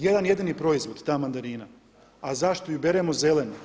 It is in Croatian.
Jedan jedini proizvod ta mandarina, a zašto ju beremo zelenu?